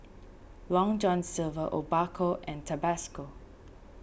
Long John Silver Obaku and Tabasco